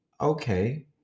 okay